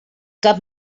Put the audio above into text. cap